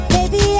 Baby